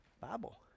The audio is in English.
Bible